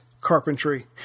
carpentry